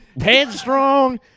Headstrong